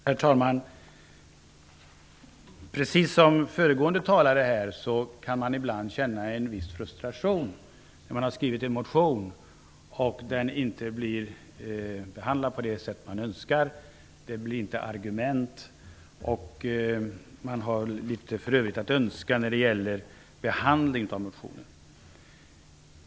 Herr talman! Precis som föregående talare kan också jag känna en viss frustration över att en motion som man själv har skrivit inte blir behandlad på det sätt man önskar. Det finns inga argument. För övrigt finns en del att önska när det gäller själva behandlingen av motionen.